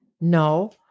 no